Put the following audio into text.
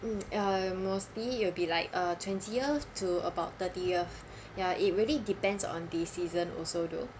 mm uh mostly it will be like uh twentieth to about thirtieth ya it really depends on the season also though